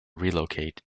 relocate